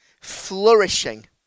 flourishing